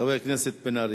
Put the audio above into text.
חבר הכנסת מיכאל בן-ארי.